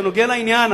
זה נוגע לעניין.